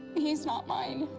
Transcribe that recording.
he's not mine.